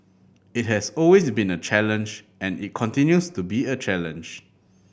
it has always been a challenge and it continues to be a challenge